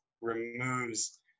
removes